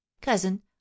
Cousin